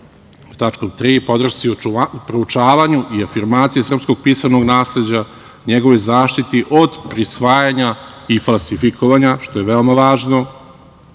tačkom 3) - podršci proučavanju i afirmaciji srpskog pisanog nasleđa, njegovoj zaštiti od prisvajanja i falsifikovanja, što je veoma važno,